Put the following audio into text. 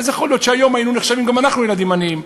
אז יכול להיות שהיום היינו נחשבים גם אנחנו ילדים עניים.